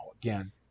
again